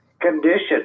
condition